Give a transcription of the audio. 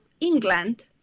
England